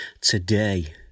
today